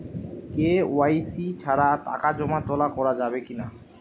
KYC ছাড়া টাকা জমা তোলা করা যাবে কি না?